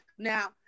Now